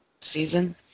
season